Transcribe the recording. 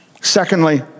Secondly